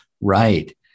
Right